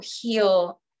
heal